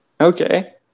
Okay